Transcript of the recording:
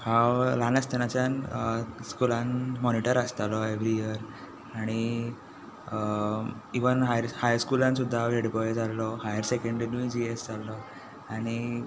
हांव ल्हान आसतानाच्यान स्कुलांत मोनिटर आसतालो एवरी इयर आनी इवन हायर हायर स्कुलांत सुद्दां हांव हेड बॉय जाल्लो हायर सेंकेड्रीनूय जी एस जाल्लो आनी